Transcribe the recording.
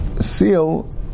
seal